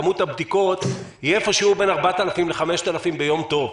כמות הבדיקות היא איפה שהוא בין 4,000 ל-5,000 ביום טוב.